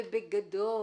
ובגדול,